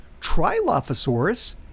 Trilophosaurus